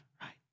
right